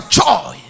joy